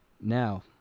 Now